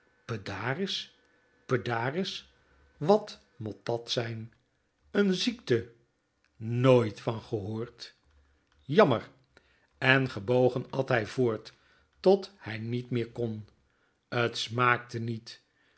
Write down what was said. pedaris wat mot dat zijn n ziekte nooit van gehoord jammer en gebogen at hij voort tot hij niet meer kn t smaakte niet